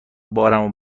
بارمو